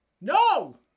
No